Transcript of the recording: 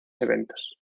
eventos